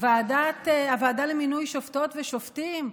הוועדה למינוי שופטות ושופטים,